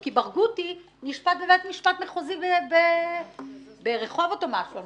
כי ברגותי למשל נשפט בבית משפט מחוזי ברחובות או משהו כזה.